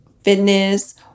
fitness